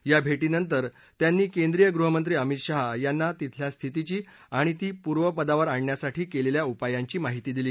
या भेटीनंतर त्यांनी केंद्रीय गृहमंत्री अमित शाह यांना तिथल्या स्थितीची आणि ती पूर्वपदावर आणण्यासाठी केलेल्या उपायांची माहिती दिली